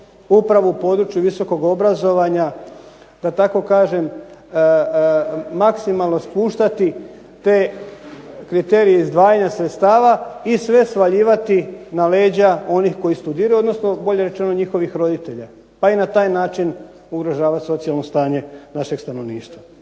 upravo u području visokog obrazovanja da tako kažem maksimalno spuštati te kriterije izdvajanja sredstava i sve svaljivati na leđa onih koji studiraju, odnosno bolje rečeno njihovih roditelja pa i na taj način ugrožavati socijalno stanje našeg stanovništva.